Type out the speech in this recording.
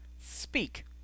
speak